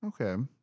Okay